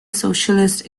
socialist